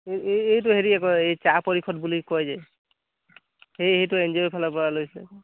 এই এইটো হেৰি আকৌ চাহ পৰিষদ বুলি কয় যে সে সেইটো এন জি অৰ ফালৰ পৰা লৈছে